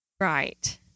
Right